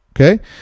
Okay